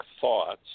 thoughts